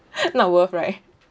not worth right